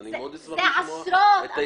אני מאוד אשמח לשמוע את ההתייחסות.